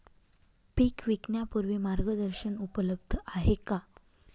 पीक विकण्यापूर्वी मार्गदर्शन उपलब्ध आहे का?